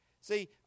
See